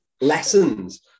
lessons